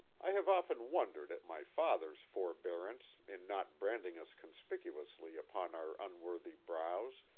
i have often wondered at my father's forbearance in not branding us conspicuously upon our unworthy brows,